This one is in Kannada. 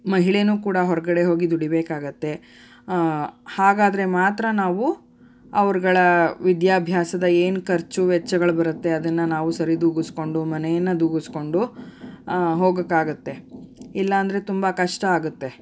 ಮಹಿಳೆಯೂ ಕೂಡ ಹೊರಗಡೆ ಹೋಗಿ ದುಡೀಬೇಕಾಗುತ್ತೆ ಹಾಗಾದರೆ ಮಾತ್ರ ನಾವು ಅವ್ರುಗಳ ವಿದ್ಯಾಭ್ಯಾಸದ ಏನು ಖರ್ಚು ವೆಚ್ಚಗಳು ಬರುತ್ತೆ ಅದನ್ನು ನಾವು ಸರಿದೂಗಿಸ್ಕೊಂಡು ಮನೆಯನ್ನು ತೂಗಸ್ಕೊಂಡು ಹೋಗಕಾಗುತ್ತೆ ಇಲ್ಲಾಂದರೆ ತುಂಬ ಕಷ್ಟ ಆಗುತ್ತೆ